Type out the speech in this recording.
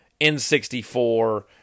N64